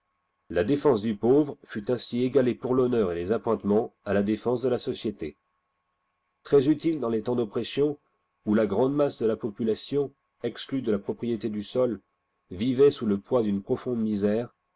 la défense du pauvre fut ainsi égalée pour l'honneur et les appointements à la défense de la société très utile dans les temps d'oppression où la grande masse de la population exclue de la propriété du sol vivait sous le poids d'une profonde misère